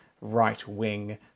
right-wing